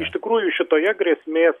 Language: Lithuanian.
iš tikrųjų šitoje grėsmės